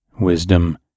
wisdom